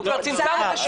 אנחנו כבר צמצמנו ל-60.